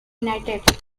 united